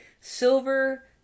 Silver